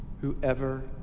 Whoever